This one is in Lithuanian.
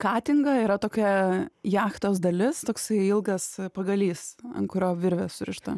katinga yra tokia jachtos dalis toksai ilgas pagalys ant kurio virvė surišta